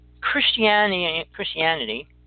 Christianity